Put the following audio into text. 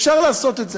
אפשר לעשות את זה.